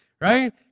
right